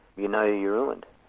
you know you're ruined.